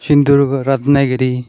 Sindhudurg Ratnagiri